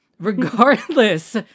regardless